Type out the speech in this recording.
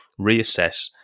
reassess